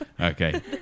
Okay